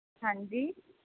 ਹਾਂਜੀ